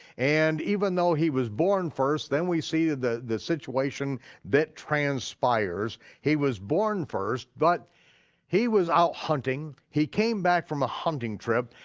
and even though he was born first, then we see the the situation that transpires, he was born first but he was out hunting, he came back from a hunting trip,